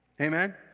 Amen